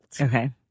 Okay